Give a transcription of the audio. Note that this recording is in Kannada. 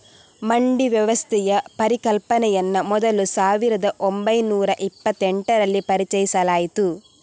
ಮಂಡಿ ವ್ಯವಸ್ಥೆಯ ಪರಿಕಲ್ಪನೆಯನ್ನ ಮೊದಲು ಸಾವಿರದ ಒಂಬೈನೂರ ಇಪ್ಪತೆಂಟರಲ್ಲಿ ಪರಿಚಯಿಸಲಾಯ್ತು